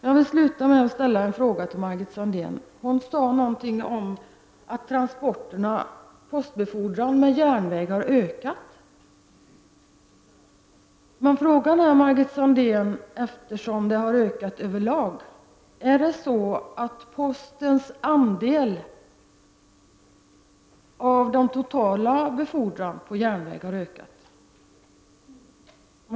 Jag vill avsluta med att ställa en fråga till Margit Sandéhn. Hon sade någonting om att postbefordran med järnväg har ökat. Men frågan är, Margit Sandéhn, eftersom mängden har ökat över lag, om postens andel av den totala befordran på järnväg har ökat.